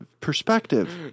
perspective